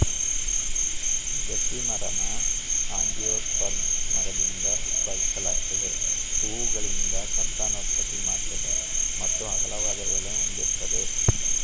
ಗಟ್ಟಿಮರನ angiosperm ಮರದಿಂದ ಉತ್ಪಾದಿಸಲಾಗ್ತದೆ ಹೂವುಗಳಿಂದ ಸಂತಾನೋತ್ಪತ್ತಿ ಮಾಡ್ತದೆ ಮತ್ತು ಅಗಲವಾದ ಎಲೆ ಹೊಂದಿರ್ತದೆ